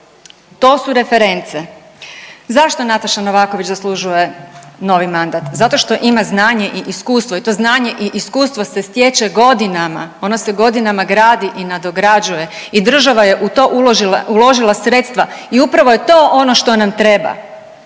To su reference. Zašto Nataša Novaković zaslužuje novi mandat. Zato što ima znanje i iskustvo i to znanje i iskustvo se stječe godinama. Ono se godinama gradi i nadograđuje i država je u to uložila sredstva i upravo je to ono što nam treba.